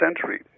century